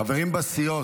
חברים בסיעות,